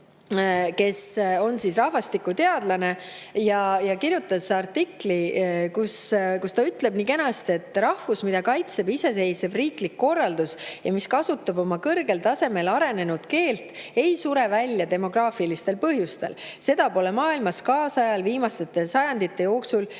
kes on rahvastikuteadlane, kirjutas artikli, kus ta ütleb kenasti: "Rahvus, mida kaitseb iseseisev riiklik korraldus ja mis kasutab oma kõrgel tasemel arenenud keelt, ei sure välja demograafilistel põhjustel. Seda pole maailmas kaasajal – viimaste sajandite jooksul